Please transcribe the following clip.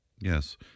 Yes